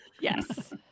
Yes